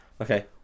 okay